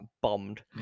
bombed